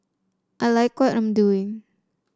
I like what I'm doing